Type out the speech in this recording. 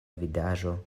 vidaĵo